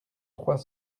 trois